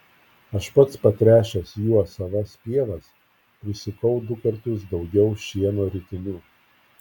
aš pats patręšęs juo savas pievas prisukau du kartus daugiau šieno ritinių